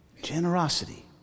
Generosity